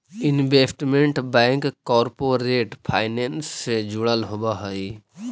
investment bank corporate finance से जुड़ल होवऽ हइ